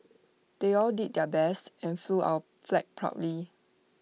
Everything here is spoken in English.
they all did their best and flew our flag proudly